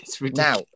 now